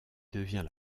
devient